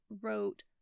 wrote